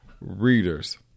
readers